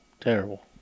terrible